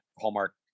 Hallmark